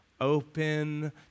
open